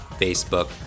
Facebook